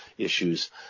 issues